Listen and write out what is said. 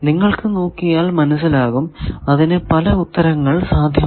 നിങ്ങൾക്കു നോക്കിയാൽ മനസിലാക്കാം അതിനു പല ഉത്തരങ്ങൾ സാധ്യമാണ്